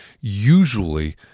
usually